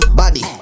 body